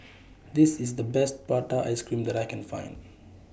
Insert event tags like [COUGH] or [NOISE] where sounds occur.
[NOISE] This IS The Best Prata Ice Cream that I Can Find